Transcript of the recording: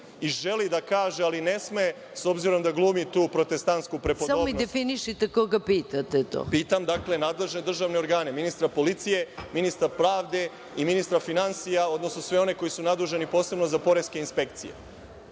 i želi da kaže, ali ne sme, s obzirom da glumi tu protestantsku prepodobnost. **Maja Gojković** Samo mi definišite koga pitate to? **Boško Obradović** Pitam, dakle, nadležne državne organe, ministra policije, ministra pravde i ministra finansija, odnosno sve one koji su nadležni, posebno poreske inspekcije.S